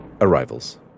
Arrivals